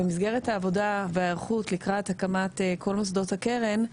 במסגרת העבודה וההיערכות לקראת הקמת כל מוסדות הקרן,